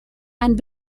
and